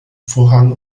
vorhang